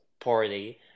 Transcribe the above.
party